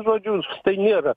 žodžiu tai nėra